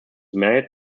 married